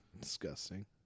Disgusting